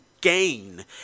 gain